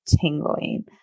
tingling